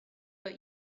but